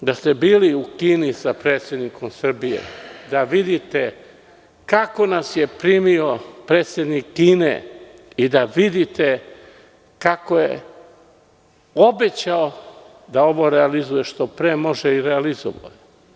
Da ste bili u Kini sa predsednikom Srbije, da vidite kako nas je primio predsednik Kine i da vidite kako je obećao da ovo realizuje što pre, možda je i realizovao.